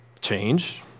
change